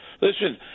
listen